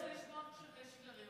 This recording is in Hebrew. אם אתה לא רוצה לשמוע שקרים,